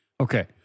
Okay